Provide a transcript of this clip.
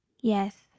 yes